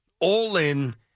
all-in